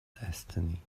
destiny